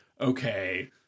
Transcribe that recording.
okay